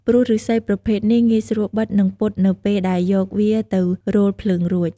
ព្រោះឫស្សីប្រភេទនេះងាយស្រួលបិត និងពត់នៅពេលដែលយកវាទៅរោលភ្លើងរួច។